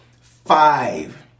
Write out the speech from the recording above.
five